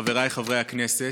חבריי חברי הכנסת,